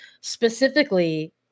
specifically